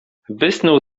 wysnuł